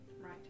Right